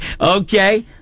Okay